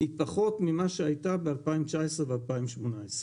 היא פחות מאשר הייתה בשנת 2019 ובשנת 2018,